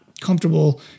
comfortable